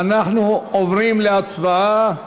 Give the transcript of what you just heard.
אנחנו עוברים להצבעה.